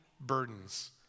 burdens